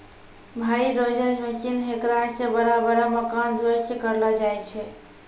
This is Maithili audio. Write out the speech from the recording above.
भारी डोजर मशीन हेकरा से बड़ा बड़ा मकान ध्वस्त करलो जाय छै